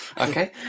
Okay